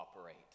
operate